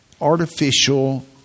artificial